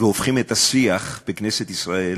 והופכים את השיח בכנסת ישראל